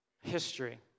History